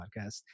Podcast